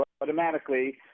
automatically